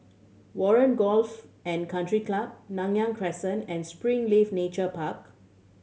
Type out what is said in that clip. Warren Golfs and Country Club Nanyang Crescent and Springleaf Nature Park